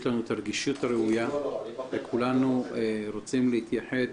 יש הרגישות הראויה וכולנו רוצים להתייחד